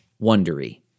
Wondery